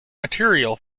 material